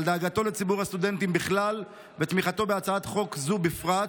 על דאגתו לציבור הסטודנטים בכלל ועל תמיכתו בהצעת חוק זו בפרט.